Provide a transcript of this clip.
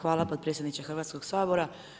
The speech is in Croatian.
Hvala potpredsjedniče Hrvatskoga sabora.